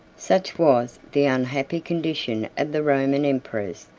such was the unhappy condition of the roman emperors,